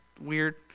weird